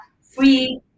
free